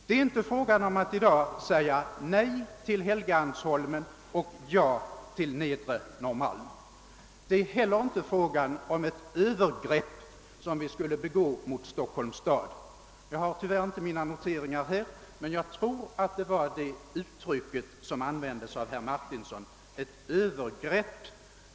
Det är inte fråga om att i dag säga nej till Helgeandsholmen och ja till Nedre Norrmalm. Det är heller inte fråga om ett övergrepp som vi skulle begå mot Stockholms stad. Jag har tyvärr inte mina noteringar här, men jag tror att det var det uttrycket som användes av herr Martinsson, nämligen ett övergrepp.